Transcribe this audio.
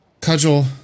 cudgel